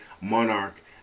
monarch